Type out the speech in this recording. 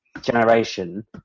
generation